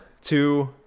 two